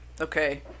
Okay